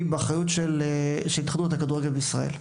באחריות של התאחדות הכדורגל בישראל.